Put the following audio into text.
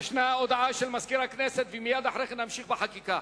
הודעה של מזכיר הכנסת, ומייד אחר כך נמשיך בחקיקה.